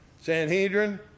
Sanhedrin